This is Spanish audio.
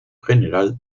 general